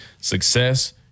success